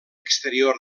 exterior